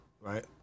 right